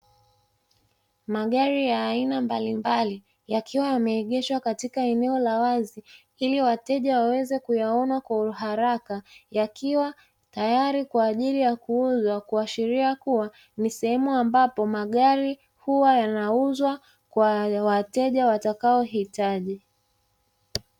Magari ya aina mbalimbali yakiwa yameegeshwa katika eneo la wazi ili wateja waweze kuyaona kwa uharaka, yakiwa tayari kwa ajili ya kuuzwa kuashiria kuwa ni sehemu ambapo magari huwa yanauzwa kwa wateja watakaohitaji.